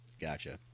Gotcha